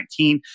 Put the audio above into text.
2019